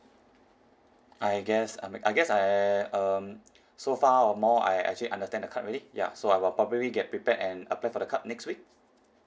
I guess I may I guess I um so far or more I actually understand the card already ya so I will probably get prepared and apply for the card next week